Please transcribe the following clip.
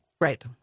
Right